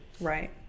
right